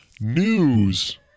News